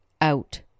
Out